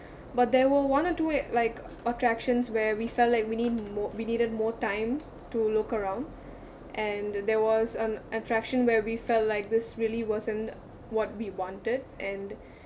but there were one or two a~ like attractions where we felt like we need mo~ we needed more time to look around and there was an attraction where we felt like this really wasn't what we wanted and